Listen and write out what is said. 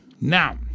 Now